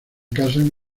casan